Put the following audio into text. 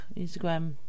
Instagram